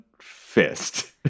fist